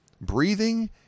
breathing